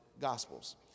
gospels